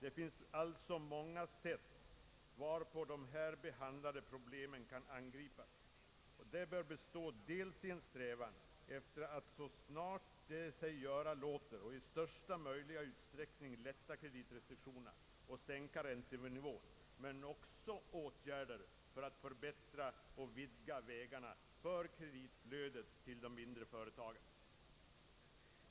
Det finns alltså många sätt varpå de här behandlade problemen kan angripas. Det bör vara en strävan efter att så snart det sig göra låter och i största möjliga utsträckning lätta kreditrestriktionerna och att sänka räntenivån, men också åtgärder för att förbättra och vidga vägarna för kreditflödet till de mindre företagen.